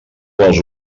als